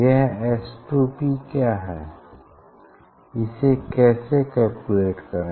यह S2P क्या है इसे कैसे कैलकुलेट करें